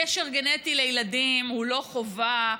קשר גנטי לילדים הוא לא חובה,